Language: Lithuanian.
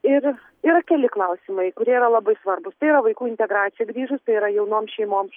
ir yra keli klausimai kurie yra labai svarbūs tai yra vaikų integracija grįžus tai yra jaunoms šeimoms